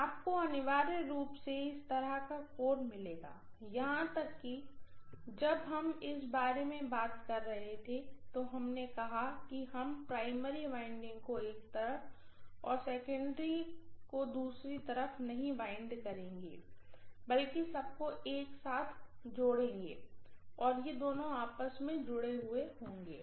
आपको अनिवार्य रूप से इस तरह का कोर मिलेगा यहां तक कि जब हम इस बारे में बात कर रहे थे तो हमने कहा कि हम प्राइमरी वाइंडिंग को एक तरफ और सेकेंडरी को दूसरी तरफ नहीं वाइंड करेंगे बल्कि सबको को एक साथ वाइंड करेंगे और ये दोनों आपस मैं जुड़े हुए होंगे